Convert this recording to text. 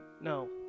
no